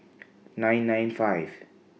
nine nine five